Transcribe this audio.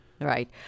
right